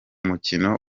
mukino